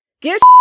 get